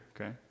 Okay